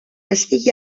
estigui